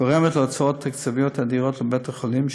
גורמת להוצאות תקציביות אדירות לבית-החולים,